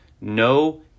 no